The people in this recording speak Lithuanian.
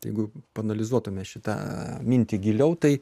jeigu paanalizuotume šitą mintį giliau tai